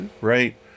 right